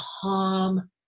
calm